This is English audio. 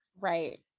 Right